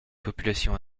populations